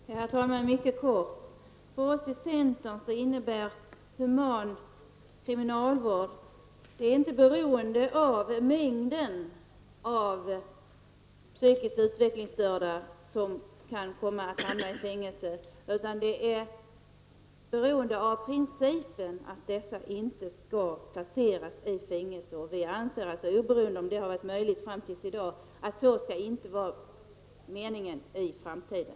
Herr talman! Mycket kort. För oss i centern har begreppet human kriminalvård inte att göra med mängden av psykiskt utvecklingsstörda som kan komma att hamna i fängelse utan med principen att dessa människor inte skall placeras i fängelse. Vi anser alltså, oberoende av om det har varit möjligt fram tills i dag, att så inte skall ske i framtiden.